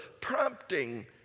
prompting